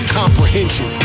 comprehension